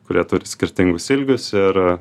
kurie turi skirtingus ilgius ir